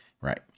Right